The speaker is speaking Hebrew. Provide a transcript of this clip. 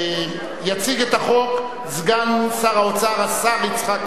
יציג את החוק סגן שר האוצר, השר יצחק כהן.